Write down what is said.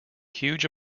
huge